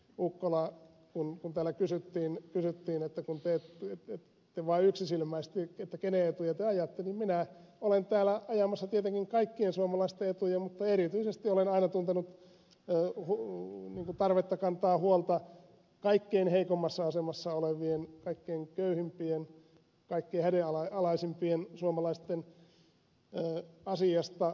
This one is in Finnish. ukkola lampun päällä kysyttiin pelkäämättä kun tee kenen etua te täällä yksisilmäisesti ajatte niin minä olen täällä ajamassa tietenkin kaikkien suomalaisten etuja mutta erityisesti olen aina tuntenut tarvetta kantaa huolta kaikkein heikoimmassa asemassa olevien kaikkein köyhimpien kaikkein hädänalaisimpien suomalaisten asiasta